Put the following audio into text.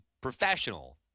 professional